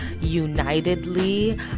unitedly